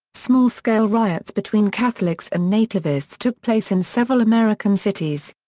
small scale riots between catholics and nativists took place in several american cities.